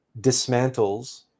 dismantles